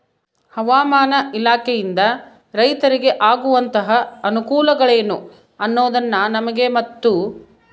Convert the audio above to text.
ಹವಾಮಾನ ಇಲಾಖೆಯಿಂದ ರೈತರಿಗೆ ಆಗುವಂತಹ ಅನುಕೂಲಗಳೇನು ಅನ್ನೋದನ್ನ ನಮಗೆ ಮತ್ತು?